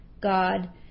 God